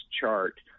chart